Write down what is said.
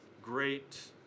great